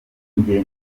njye